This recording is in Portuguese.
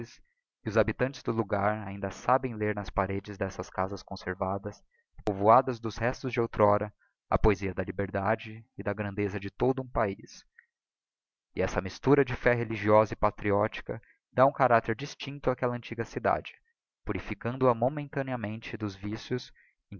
os habitantes do logar ainda sabem ler nas paredes d'essas casas conservadas e povoadas dos restos de outr'ora a poesia da liberdade e da grandeza de todo o paiz e essa mistura de fé religiosa e patriótica dá um caracter distincto áquella antiga cidade purificando a momentaneamente dos vicios